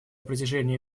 протяжении